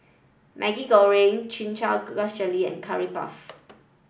Maggi Goreng chin chow grass jelly and curry puff